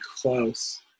close